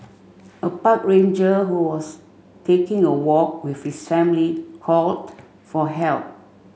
a park ranger who was taking a walk with his family called for help